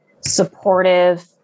supportive